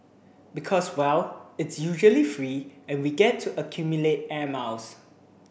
because well it's usually free and we get to accumulate air miles